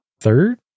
third